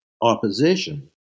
opposition